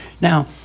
Now